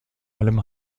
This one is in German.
allem